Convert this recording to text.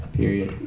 period